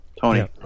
Tony